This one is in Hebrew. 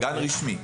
גן רשמי.